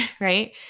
right